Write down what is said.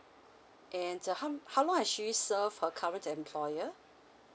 and uh how how long has much she serve her current employer